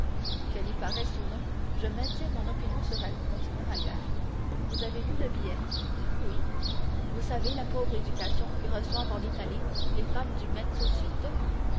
qu'elle y paraisse ou non je maintiens mon opinion sur elle continua albert vous avez lu le billet oui vous savez la pauvre éducation que reçoivent en italie les femmes du